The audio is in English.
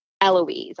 Eloise